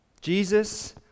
Jesus